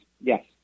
yes